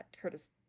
curtis